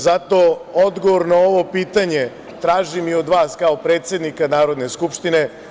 Zato odgovor na ovo pitanje tražim i od vas kao predsednika Narodne skupštine.